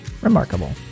remarkable